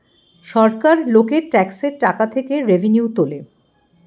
সরকার লোকের ট্যাক্সের টাকা থেকে রেভিনিউ তোলে